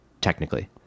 technically